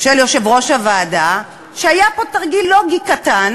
של יושב-ראש הוועדה, שהיה פה תרגיל לוגי קטן